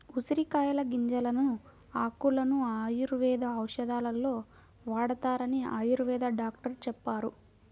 ఉసిరికాయల గింజలను, ఆకులను ఆయుర్వేద ఔషధాలలో వాడతారని ఆయుర్వేద డాక్టరు చెప్పారు